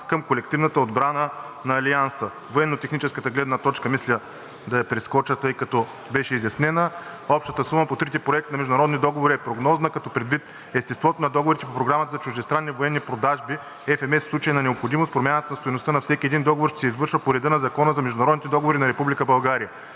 към колективната отбрана на Алианса.“ Военно-техническата гледна точка мисля да я прескоча, тъй като беше изяснена. Общата сума по трите проекта на международни договори е прогнозна, като предвид естеството на договорите по Програмата за чуждестранни военни продажби FMS в случай на необходимост промяната на стойността на всеки един договор ще се извършва по реда на Закона за международните договори на